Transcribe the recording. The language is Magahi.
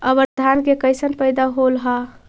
अबर धान के कैसन पैदा होल हा?